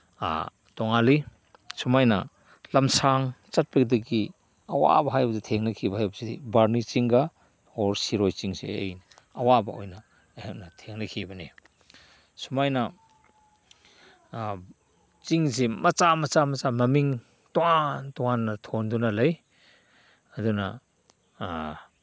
ꯇꯣꯉꯥꯜꯂꯤ ꯁꯨꯃꯥꯏꯅ ꯂꯝꯁꯥꯡ ꯆꯠꯄꯗꯒꯤ ꯑꯋꯥꯕ ꯍꯥꯏꯕꯗꯨ ꯊꯦꯡꯅꯈꯤꯕ ꯍꯥꯏꯕꯁꯤꯗꯤ ꯕꯥꯔꯨꯅꯤ ꯆꯤꯡꯒ ꯑꯣꯔ ꯁꯤꯔꯣꯏ ꯆꯤꯡꯁꯦ ꯑꯋꯥꯕ ꯑꯣꯏꯅ ꯑꯩꯍꯥꯛꯅ ꯊꯦꯡꯅꯈꯤꯕꯅꯤ ꯁꯨꯃꯥꯏꯅ ꯆꯤꯡꯁꯦ ꯃꯆꯥ ꯃꯆꯥ ꯃꯆꯥ ꯃꯃꯤꯡ ꯇꯣꯉꯥꯟ ꯇꯣꯉꯥꯟꯅ ꯊꯣꯟꯗꯨꯅ ꯂꯩ ꯑꯗꯨꯅ